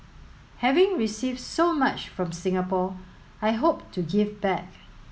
having received so much from Singapore I hope to give back